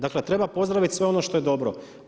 Dakle, treba pozdraviti sve ono što je dobro.